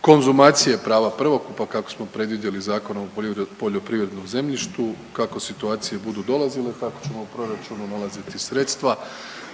konzumacije prava prvokupa kako smo predvidjeli Zakonom o poljoprivrednom zemljištu. Kako situacije budu dolazile, tako ćemo u proračunu nalaziti sredstva